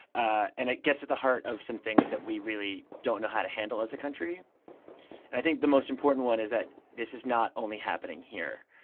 ah and it gets at the heart of some things that we really don't know how to handle as a country. and i think the most important one is that this is not only happening here.